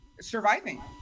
surviving